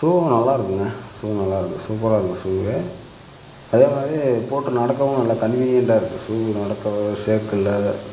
ஷூவும் நல்லா இருக்குதுங்க ஷூ நல்லா இருக்குது சூப்பராக இருக்குது ஷூவு அதே மாதிரி போட்டு நடக்கவும் நல்லா கன்வீனியன்ட்டாக இருக்குது ஷூவு நடக்க ஷேக்கில்லை